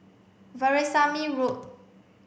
Veerasamy Road